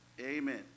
Amen